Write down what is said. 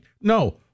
no